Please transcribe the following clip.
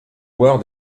voir